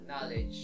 knowledge